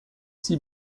six